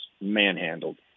manhandled